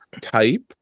type